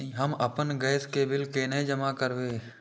हम आपन गैस के बिल केना जमा करबे?